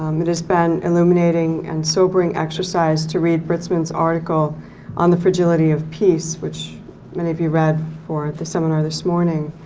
um it has been illuminating and sobering exercise to read britzman's article on the fragility of peace, which many of you read for the seminar this morning.